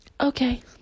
Okay